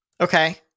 Okay